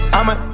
I'ma